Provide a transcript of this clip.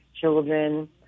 children